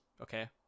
okay